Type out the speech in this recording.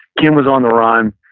kim was on the run.